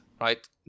right